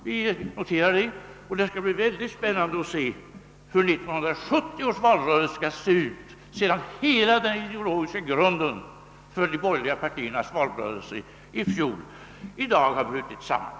Vi noterar det; det skall bli mycket spännande att se hur 1970 års valrörelse skall se ut, sedan hela den ideologiska grunden för de borgerliga partiernas valrörelse i fjol i dag har brutit samman.